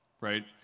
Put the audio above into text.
right